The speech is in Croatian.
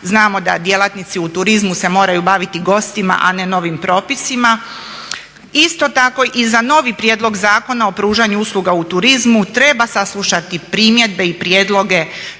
znamo da djelatnici u turizmu se moraju baviti gostima, a ne novim propisima. Isto tako i za novi Prijedlog zakona o pružanju usluga u turizmu treba saslušati primjedbe i prijedloge